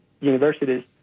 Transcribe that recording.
universities